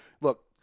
look